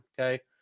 okay